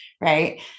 right